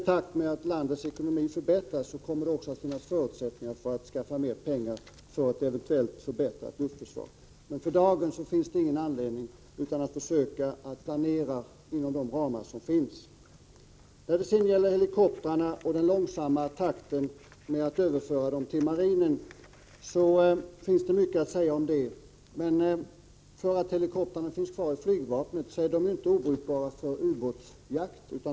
I takt med att landets ekonomi förbättras kommer det också att finnas förutsättningar för att skaffa mer pengar för ett eventuellt förbättrat luftförsvar. För dagen finns det inget annat alternativ än att försöka planera inom de ramar som finns. När det gäller detta att helikoptrarna skulle överföras till marinen i en alltför långsam takt finns det mycket att säga. Att helikoptrarna finns kvar i flygvapnet innebär inte att de är obrukbara för ubåtsjakt.